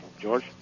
George